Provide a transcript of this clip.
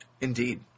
indeed